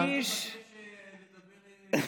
אני אבקש לדבר אישית,